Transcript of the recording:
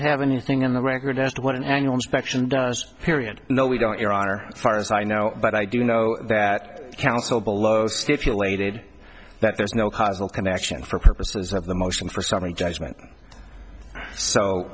have anything in the record as to what an annual inspection does period no we don't your honor far as i know but i do know that council below if you laded that there is no causal connection for purposes of the motion for summary judgment so